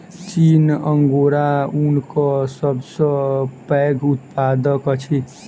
चीन अंगोरा ऊनक सब सॅ पैघ उत्पादक अछि